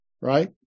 right